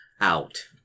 out